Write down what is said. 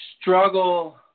struggle